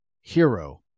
hero